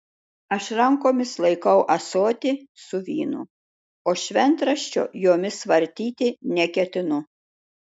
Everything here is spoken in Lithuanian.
aš rankomis laikau ąsotį su vynu o šventraščio jomis vartyti neketinu